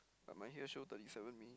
but my here show thirty seven minute